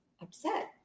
upset